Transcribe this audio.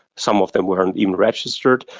some of them weren't even registered.